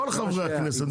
כל חברי הכנסת,